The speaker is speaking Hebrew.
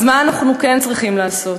אז מה אנחנו כן צריכים לעשות?